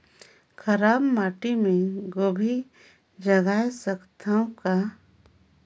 खराब माटी मे गोभी जगाय सकथव का?